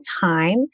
time